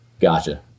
Gotcha